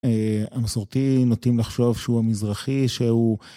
המסורתי נוטים לחשוב שהוא המזרחי, שהוא...